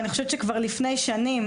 אני חושבת שכבר לפני שנים,